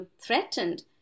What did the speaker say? threatened